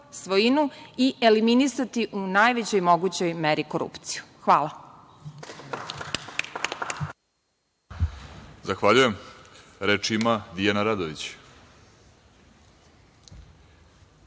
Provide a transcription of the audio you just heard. svojinu i eliminisati u najvećoj mogućoj meri korupciju. Hvala. **Vladimir Orlić** Zahvaljujem. Reč ima Dijana Radović.